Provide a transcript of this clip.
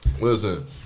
Listen